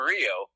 Rio